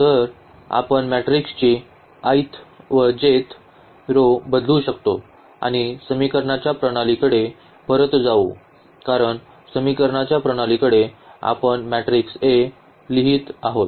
तर आपण मॅट्रिक्सची व रो बदलू शकतो आणि समीकरणांच्या प्रणालीकडे परत जाऊ कारण समीकरणांच्या प्रणालीसाठी आपण मॅट्रिक्स A लिहित आहोत